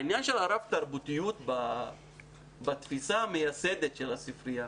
תפיסה של רב-תרבותיות כתפיסה המייסדת של הספרייה,